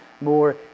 more